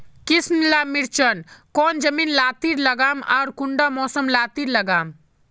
किसम ला मिर्चन कौन जमीन लात्तिर लगाम आर कुंटा मौसम लात्तिर लगाम?